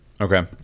Okay